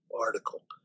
article